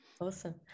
Awesome